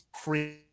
free